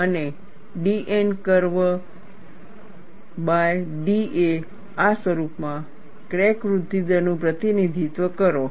અને dN curve by da આ સ્વરૂપમાં ક્રેક વૃદ્ધિ દર નું પ્રતિનિધિત્વ કરો